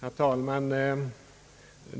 Herr talman!